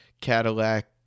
Cadillac